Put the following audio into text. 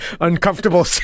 uncomfortable